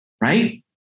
right